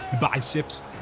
biceps